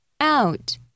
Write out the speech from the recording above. out